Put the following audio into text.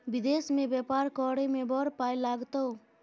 विदेश मे बेपार करय मे बड़ पाय लागतौ